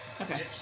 Okay